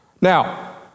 Now